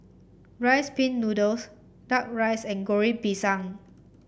Rice Pin Noodles duck rice and Goreng Pisang